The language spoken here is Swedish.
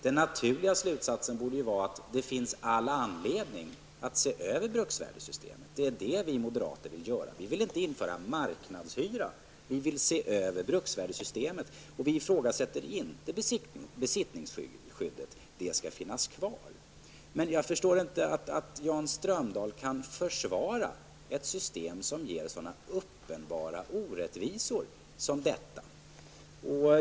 Den naturliga slutsatsen borde då vara att det finns all anledning att se över bruksvärdessystemet, och det är detta vi moderater vill göra. Vi vill inte införa marknadshyra, utan vi vill se över bruksvärdessystemet. Och vi ifrågasätter inte besittningsskyddet -- det skall finnas kvar. Jag förstår inte att Jan Strömdahl kan försvara ett system som ger så uppenbara orättvisor som detta.